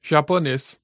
Japonês